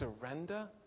surrender